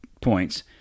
points